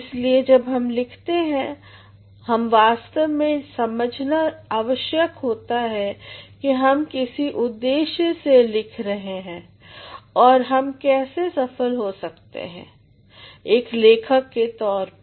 इसलिए जब हम लिखते हैं हमें वास्तव में समझना आवश्यक है कि हम किसी उद्देश्य से लिख रहे हैं और हम कैसे सफल हो सकते एक लेखक के तौर पे